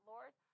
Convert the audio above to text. Lord